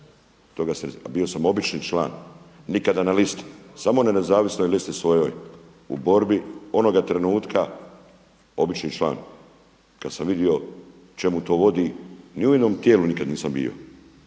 ne stidim a bio sam obični član, nikada na listi, samo na nezavisnoj listi svojoj u borbi onoga trenutka obični član. Kada sam vidio čemu to vodi ni u jednom tijelu nikad nisam bio